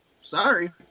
Sorry